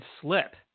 slip